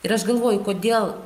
ir aš galvoju kodėl